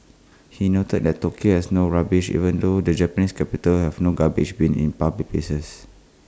he noted that Tokyo has no rubbish even though the Japanese capital has no garbage bins in public places